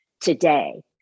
today